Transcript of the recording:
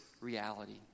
reality